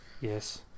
Yes